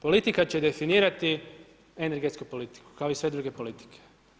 Politika će definirati energetsku politiku, kao i sve druge politike.